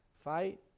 Fight